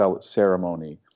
ceremony